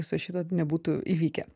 viso šito nebūtų įvykę